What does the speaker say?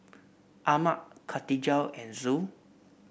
Ahmad Katijah and Zul